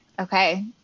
Okay